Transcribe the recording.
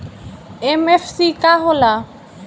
MFC का हो़ला?